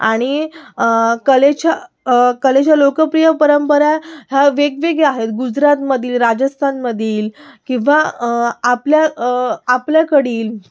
आणि कलेच्या कलेच्या लोकप्रिय परंपरा ह्या वेगवेगळ्या आहेत गुजरातमधील राजस्थानमधील किंवा आपल्या आपल्याकडील